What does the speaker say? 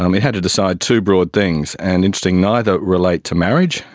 um it had to decide two broad things, and interestingly neither relate to marriage,